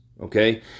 Okay